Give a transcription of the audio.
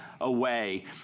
away